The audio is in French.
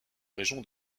région